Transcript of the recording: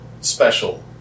special